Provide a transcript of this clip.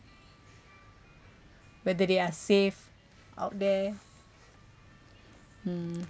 whether they are safe out there mm